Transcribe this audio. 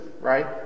right